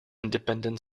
independent